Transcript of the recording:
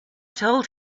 told